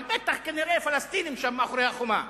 אבל בטח, כנראה פלסטינים שם מאחורי החומה.